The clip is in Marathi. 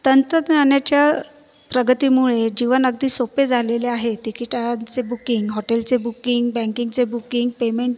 तंत्रज्ञानाच्या प्रगतीमुळे जीवन अगदी सोप्पे झालेले आहे टिकीटांचे बूकिंग हॉटेलचे बूकिंग बँकिंगचे बूकिंग पेमेंट